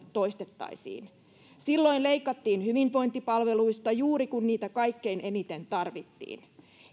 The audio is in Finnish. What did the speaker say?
toistettaisiin silloin leikattiin hyvinvointipalveluista juuri kun niitä kaikkein eniten tarvittiin